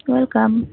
welcome